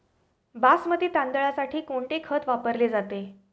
बासमती तांदळासाठी कोणते खत वापरले जाते?